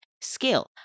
skill